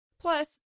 Plus